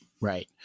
Right